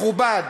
מכובד